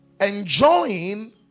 enjoying